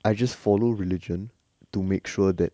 I just follow religion to make sure that